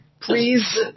Please